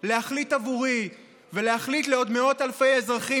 להחליט בעבורי ולהחליט בעבור מאות אלפי אזרחים